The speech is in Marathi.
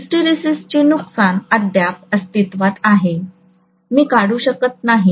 हिस्टरेसिसचे नुकसान अद्याप अस्तित्त्वात आहे मी काढू शकत नाही